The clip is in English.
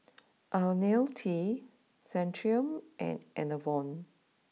Ionil T Centrum and Enervon